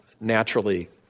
naturally